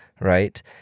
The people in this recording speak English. Right